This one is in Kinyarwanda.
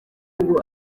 ngo